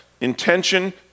Intention